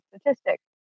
statistics